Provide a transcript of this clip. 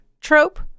trope